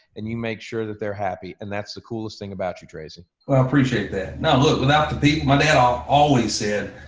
and you make sure that they're happy. and that's the coolest thing about you, tracy. well i appreciate that. now look without the beat my dad um always said,